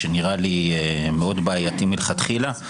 שנראה לי מאוד בעייתי מלכתחילה.